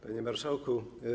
Panie Marszałku!